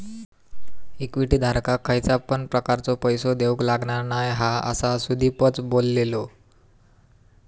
equity धारकाक खयच्या पण प्रकारचो पैसो देऊक लागणार नाय हा, असा सुदीपच बोललो